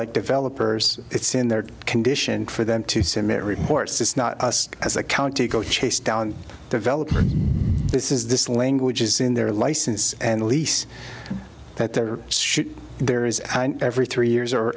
like developers it's in their condition for them to submit reports it's not us as a county go chase down development this is this language is in their license and lease that they're there is every three years or